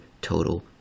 total